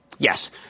Yes